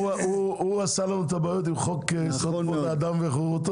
הוא עשה לנו את הבעיה עם חוק יסוד: כבוד האדם וחירותו.